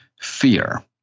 fear